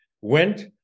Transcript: went